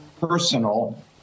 personal